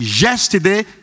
yesterday